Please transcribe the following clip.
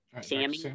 sammy